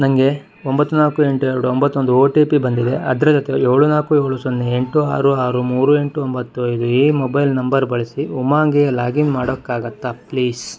ನನಗೆ ಒಂಬತ್ತು ನಾಲ್ಕು ಎಂಟು ಎರಡು ಒಂಬತ್ತು ಒಂದು ಒ ಟಿ ಪಿ ಬಂದಿದೆ ಅದರ ಜೊತೆ ಏಳು ನಾಲ್ಕು ಏಳು ಸೊನ್ನೆ ಎಂಟು ಆರು ಆರು ಮೂರು ಎಂಟು ಒಂಬತ್ತು ಐದು ಈ ಮೊಬೈಲ್ ನಂಬರ್ ಬಳಸಿ ಉಮಂಗ್ಗೆ ಲಾಗಿನ್ ಮಾಡೋಕ್ಕಾಗುತ್ತಾ ಪ್ಲೀಸ್